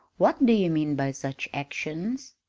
what do you mean by such actions?